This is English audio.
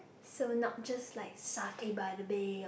so not just like satay by the bay or